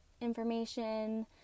information